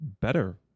better